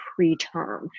preterm